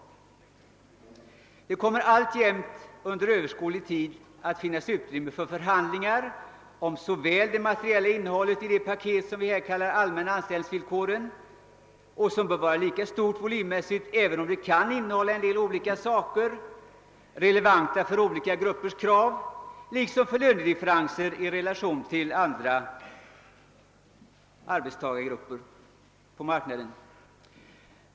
Alltjämt kommer det under överskådlig tid att finnas utrymme för förhandlingar om såväl det materiella innehållet i det paket som vi här kallar för de allmänna anställningsvillkoren och som bör vara lika stort volymmässigt, även om det kan innehålla olika saker, relevanta för olika gruppers krav, liksom för lönedifferenser i relation till andra arbetstagargrupper.